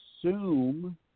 assume